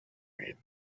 mean